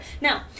Now